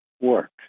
work